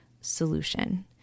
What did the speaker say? solution